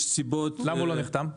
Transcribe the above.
למה הוא לא נחתם?